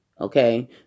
Okay